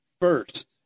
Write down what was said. first